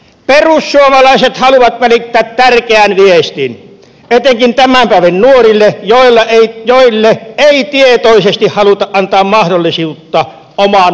perussuomalaiset haluavat välittää tärkeän viestin etenkin tämän päivän nuorille joille ei tietoisesti haluta antaa mahdollisuutta omaan mielipiteeseensä